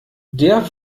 der